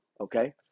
okay